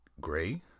gray